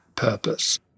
purpose